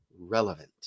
relevant